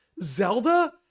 Zelda